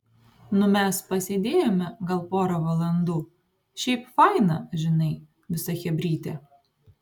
nu mes pasėdėjome gal pora valandų šiaip faina žinai visa chebrytė